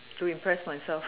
to impress myself